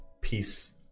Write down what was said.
Peace